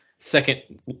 second